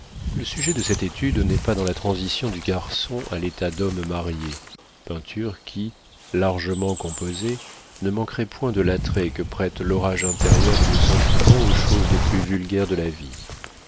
le sujet de cette étude n'est pas dans la transition du garçon à l'état d'homme marié peinture qui largement composée ne manquerait point de l'attrait que prête l'orage intérieur de nos sentiments aux choses les plus vulgaires de la vie